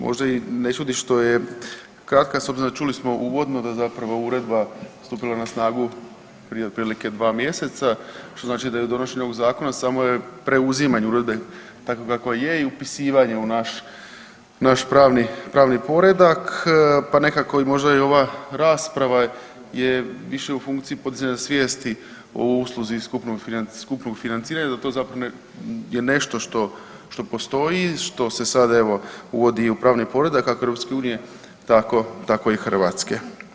Možda i ne čudi što je kratka s obzirom da čuli smo uvodno da zapravo uredba stupila na snagu prije otprilike 2 mjeseca što znači da je u donošenju ovog zakona samo je preuzimanje uredbe takva kakva je i upisivanje u naš, naš pravni, pravni poredak pa nekako možda i ova rasprava je u funkciji …/nerazumljivo/… svijesti o usluzi skupnog financirana, da to zapravo je nešto što postoji, što se sada evo uvodi i u pravni poredak kako EU tako, tako i Hrvatske.